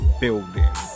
building